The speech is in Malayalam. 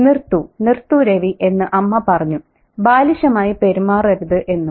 നിർത്തൂ നിർത്തൂ രവി എന്ന് അമ്മ പറഞ്ഞു ബാലിശമായി പെരുമാറരുത് എന്നും